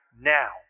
now